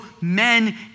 men